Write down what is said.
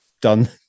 done